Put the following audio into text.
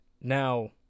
now